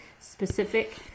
specific